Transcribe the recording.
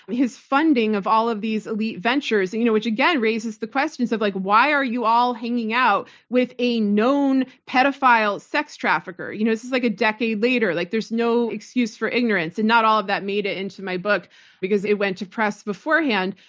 his funding of all of these elite ventures and you know which again raises the questions of like, why are you all hanging out with a known pedophile sex trafficker? you know this is like a decade later. like there's no excuse for ignorance, and not all of that made it into my book because it went to press beforehand,